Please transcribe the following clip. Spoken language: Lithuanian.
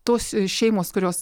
tos šeimos kurios